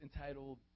entitled